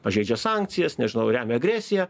pažeidžia sankcijas nežinau remia agresiją